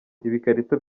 ibikarito